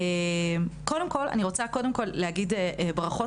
קודם כל רוצה לומר ברכות